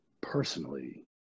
personally